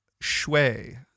shui